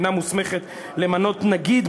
אינה מוסמכת למנות נגיד,